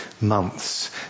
months